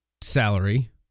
salary